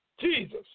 Jesus